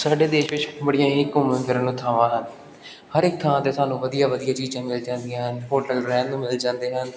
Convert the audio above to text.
ਸਾਡੇ ਦੇਸ਼ ਵਿੱਚ ਬੜੀਆਂ ਹੀ ਘੁੰਮਣ ਫਿਰਨ ਨੂੰ ਥਾਵਾਂ ਹਨ ਹਰ ਇੱਕ ਥਾਂ 'ਤੇ ਸਾਨੂੰ ਵਧੀਆ ਵਧੀਆ ਚੀਜ਼ਾਂ ਮਿਲ ਜਾਂਦੀਆਂ ਹਨ ਹੋਟਲ ਰਹਿਣ ਨੂੰ ਮਿਲ ਜਾਂਦੇ ਹਨ